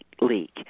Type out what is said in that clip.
leak